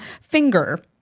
finger